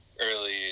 early